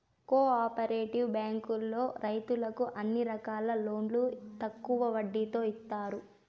co operative బ్యాంకులో రైతులకు అన్ని రకాల లోన్లు తక్కువ వడ్డీతో ఇత్తాయి